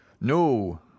No